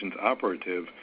operative